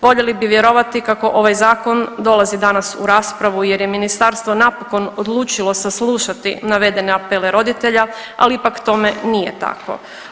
Voljeli bi vjerovati kako ovaj zakon dolazi danas u raspravu jer je ministarstvo napokon odlučilo saslušati navedene apele roditelja, ali ipak tome nije tako.